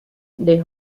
the